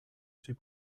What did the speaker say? suoi